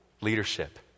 leadership